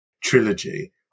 trilogy